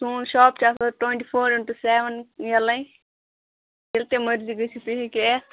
سونۍ shop چھُ آسان twenty four into seven یَلاے ییٚلہِ ژے مَرضی گَژھی ژٕ ہیٚککھ یِتھ